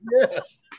Yes